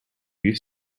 you